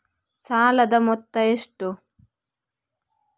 ಸಾಲದ ಮೊತ್ತ ಎಷ್ಟು?